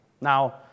Now